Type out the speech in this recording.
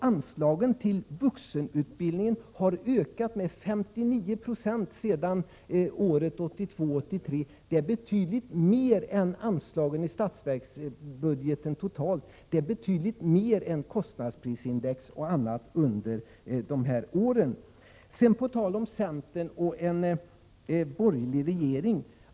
Anslagen till vuxenutbildningen har ökat med 59 96 sedan 1982/83. Det är betydligt mer än ökningen av anslagen i statsverksbudgeten totalt uppgår till och det är betydligt mer än vad kostnadsprisindex och annat uppgår till under de här åren. Sedan beträffande centern och en borgerlig regering.